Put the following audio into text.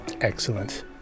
Excellent